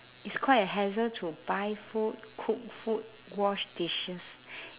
it's quite a hassle to buy food cook food wash dishes